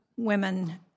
women